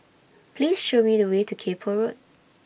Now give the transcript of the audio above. Please Show Me The Way to Kay Poh Road